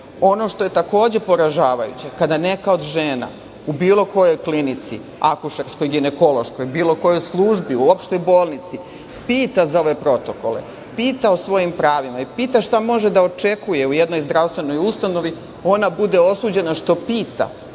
Ono što je takođe poražavajuće, kada neka od žena u bilo kojoj klinci akušerskoj, ginekološkoj, bilo kojoj službi, uopšte bolnici, pita za ove protokole, pita o svojim pravima i pita šta može da očekuje u jednoj zdravstvenoj ustanovi, ona bude osuđena što pita,